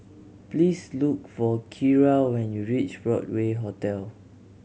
please look for Kiera when you reach Broadway Hotel